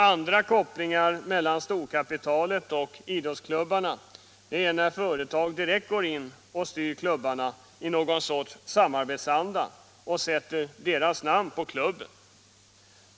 Andra kopplingar mellan storkapitalet och idrottsklubbarna är när företag direkt går in och styr klubbarna i någon sorts samarbetsanda och sätter sitt namn på klubben.